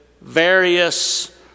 various